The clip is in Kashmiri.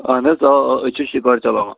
اَہن حظ آ آ أسۍ چھِ شِکارِ چلاوان